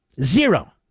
Zero